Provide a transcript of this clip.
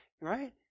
right